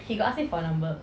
you ask me for number